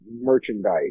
merchandise